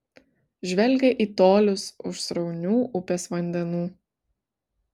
žvelgia į tolius už sraunių upės vandenų